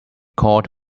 cord